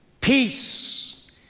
peace